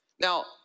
Now